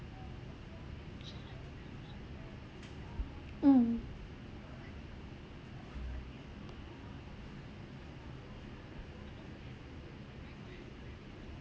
mm